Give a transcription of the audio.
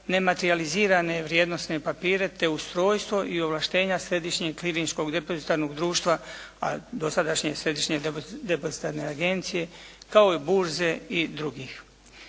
nematerijalizirane vrijednosne papire te ustrojstvo i ovlaštenja Središnjeg … /Govornik se ne razumije./ … depozitarnog društva, a dosadašnje Središnje depozitarne agencije kao i burze i drugih.